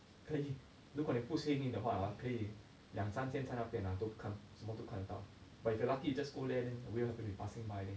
可以如果你不幸运的话 ah 可以两三天在那边 ah 都看什么都看得到 but if you're lucky you just go there then the whales happened to be passing by then